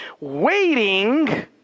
waiting